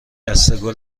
دسته